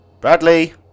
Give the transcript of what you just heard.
Bradley